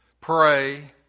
pray